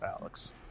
Alex